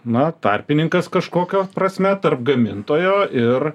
na tarpininkas kažkokio prasme tarp gamintojo ir